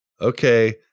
okay